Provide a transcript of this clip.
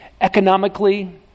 economically